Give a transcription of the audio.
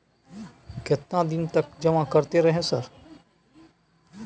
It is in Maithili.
केतना दिन तक जमा करते रहे सर?